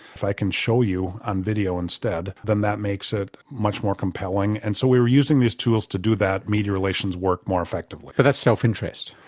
if i can show you on video instead, then that makes it much more compelling and so we were using these tools to do that media relations work more effectively. but that's self interest.